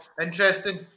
interesting